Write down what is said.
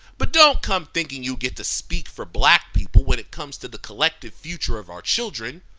but don't come thinking you get to speak for black people when it comes to the collective future of our children.